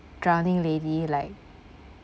drowning lady like